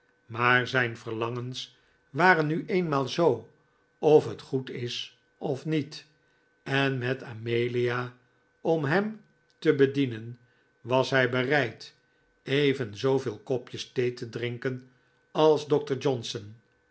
maar zijn verlangens waren nu eenmaal zoo of het goed is of niet en met amelia om hem te bedienen was hij bereid even zooveel kopjes thee te drinken als dokter johnson